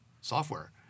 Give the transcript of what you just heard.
software